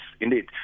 Indeed